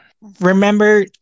Remember